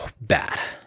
bad